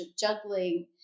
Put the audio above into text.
juggling